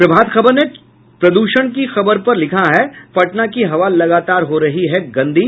प्रभात खबर ने प्रदूषण के खबर पर लिखा है पटना की हवा लगातार हो रही गंदी